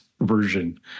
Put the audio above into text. version